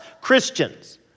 Christians